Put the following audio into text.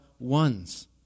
ones